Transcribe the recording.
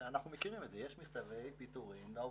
יש מכתבי פיטורין לעובדים,